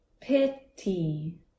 pity